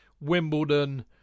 Wimbledon